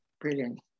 brilliant